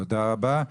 תודה רבה.